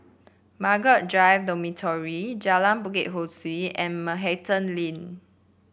Margaret Drive Dormitory Jalan Bukit Ho Swee and Manhattan Inn